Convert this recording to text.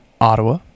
ottawa